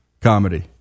comedy